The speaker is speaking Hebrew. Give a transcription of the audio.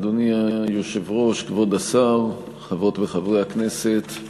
אדוני היושב-ראש, כבוד השר, חברות וחברי הכנסת,